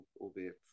albeit